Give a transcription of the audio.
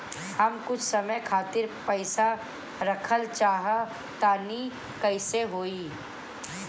हम कुछ समय खातिर पईसा रखल चाह तानि कइसे होई?